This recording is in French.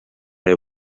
les